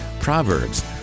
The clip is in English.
proverbs